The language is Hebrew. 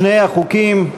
שני החוקים,